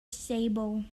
stable